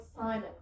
Simon